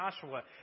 Joshua